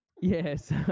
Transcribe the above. yes